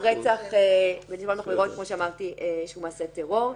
הרצח בנסיבות מחמירות שהוא מעשה טרור,